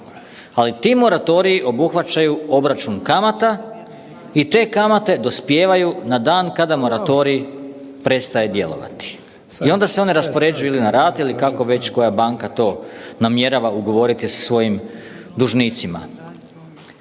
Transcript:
ali ti moratoriji obuhvaćaju obračun kamata i te kamate dospijevaju na dan kada moratorij prestaje djelovati i onda se one raspoređuju na rate ili kako već koja banka to namjerava ugovoriti sa svojim dužnicima.